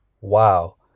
wow